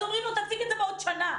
אומרים לו: תציג את זה בעוד שנה.